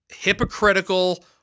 hypocritical